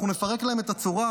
אנחנו נפרק להם את הצורה,